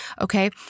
Okay